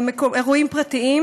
באירועים פרטיים.